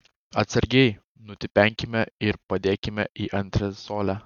atsargiai nutipenkime ir padėkite į antresolę